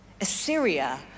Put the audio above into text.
Assyria